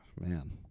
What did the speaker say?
man